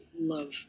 love